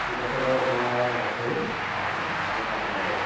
ঠিক আছে বাৰু আপোনাক লগ কৰি ভালকৈ পাতি ল'ম বাৰু